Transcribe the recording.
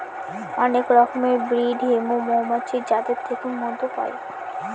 অনেক রকমের ব্রিড হৈমু মৌমাছির যাদের থেকে মধু পাই